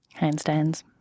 Handstands